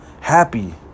happy